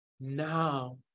now